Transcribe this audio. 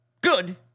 Good